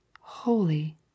Holy